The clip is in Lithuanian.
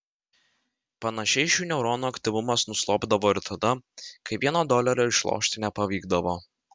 panašiai šių neuronų aktyvumas nuslopdavo ir tada kai vieno dolerio išlošti nepavykdavo